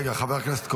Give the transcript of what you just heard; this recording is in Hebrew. רגע, חבר הכנסת קרויזר,